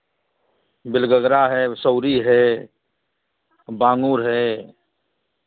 bill गगरा है सौरी है बांगुर है